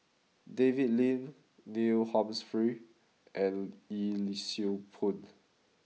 David Lim Neil Humphreys and Yee Siew Pun